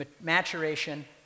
maturation